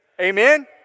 amen